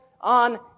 on